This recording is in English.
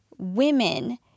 women